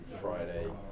Friday